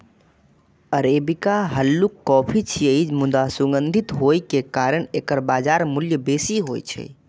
arabica हल्लुक coffee छियै, मुदा सुगंधित होइ के कारण एकर बाजार मूल्य बेसी होइ छै